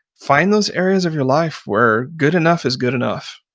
find those areas of your life where good enough is good enough.